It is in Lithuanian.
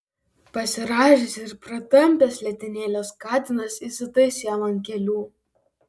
pasirąžęs ir pratampęs letenėles katinas įsitaisė jam ant kelių